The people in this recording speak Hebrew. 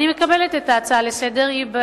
אני מקבלת את ההצעה לסדר-היום,